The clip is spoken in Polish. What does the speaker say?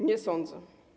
Nie sądzę.